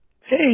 Hey